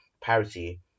parity